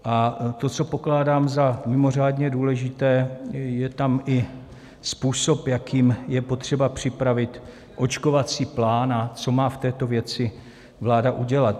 A to, co pokládám za mimořádně důležité, je tam i způsob, jakým je potřeba připravit očkovací plán a co má v této věci vláda udělat.